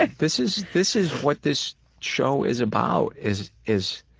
like this is this is what this show is about, is is